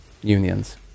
unions